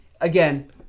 again